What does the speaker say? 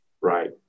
Right